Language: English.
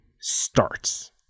starts